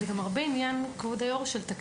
הרבה מזה זה עניין של תקציב.